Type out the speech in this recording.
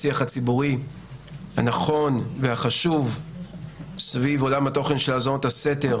השיח הציבורי הנכון והחשוב סביב עולם התוכן של האזנות הסתר